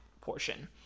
portion